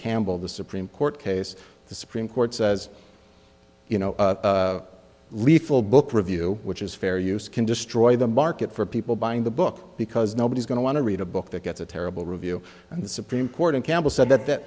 campbell the supreme court case the supreme court says you know little book review which is fair use can destroy the market for people buying the book because nobody's going to want to read a book that gets a terrible review in the supreme court and campbell said that th